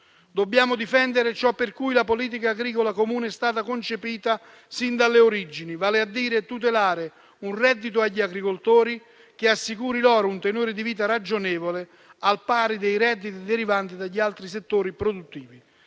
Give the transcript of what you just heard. Dobbiamo difendere ciò per cui la Politica agricola comune è stata concepita sin dalle origini, vale a dire tutelare un reddito per gli agricoltori, che assicuri loro un tenore di vita ragionevole al pari dei redditi derivanti dagli altri settori produttivi.